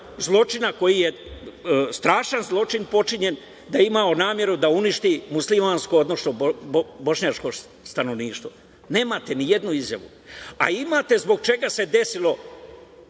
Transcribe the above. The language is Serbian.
koji je strašan zločin počinjen da je imao nameru da uništi muslimansko, odnosno bošnjačko stanovništvo nemate ni jednu izjavu, a imate zbog čega se desilo